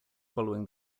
following